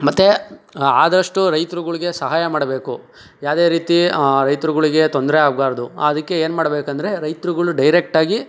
ಮತ್ತು ಆದಷ್ಟು ರೈತರುಗಳ್ಗೆ ಸಹಾಯ ಮಾಡಬೇಕು ಯಾವುದೇ ರೀತಿ ರೈತರುಗಳಿಗೆ ತೊಂದರೆ ಆಗಬಾರ್ದು ಅದಕ್ಕೆ ಏನ್ಮಾಡ್ಬೇಕೆಂದ್ರೆ ರೈತರುಗಳು ಡೈರೆಕ್ಟಾಗಿ